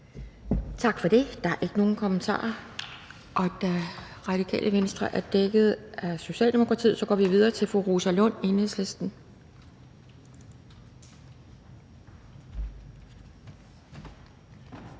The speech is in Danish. Tak for det. Der er ikke nogen kommentarer. Og da Radikale Venstre er dækket af Socialdemokratiet, går vi videre til fru Rosa Lund, Enhedslisten.